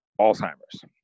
alzheimer's